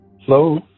Hello